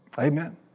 Amen